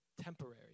temporary